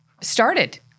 started